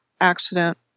accident